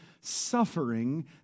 suffering